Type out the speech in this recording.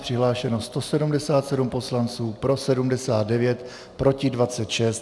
Přihlášeno 177 poslanců, pro 79, proti 26.